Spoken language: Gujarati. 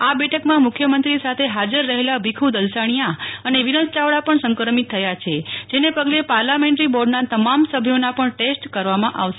આ બેઠકમાં મુખ્યમંત્રી સાથે હાજર રહેલા ભીખુ દલસાણિયા અને વિનોદ ચાવડા પણ સંક્રમિત થયા છેજેને પગલે પાર્લામેન્ટરી બોર્ડના તમામ સભ્યોના પણ ટેસ્ટ કરવામાં આવશે